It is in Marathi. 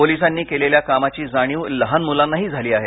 पोलिसांनी केलेल्या कामाची जाणिव लहान मुलांनाही झाली आहे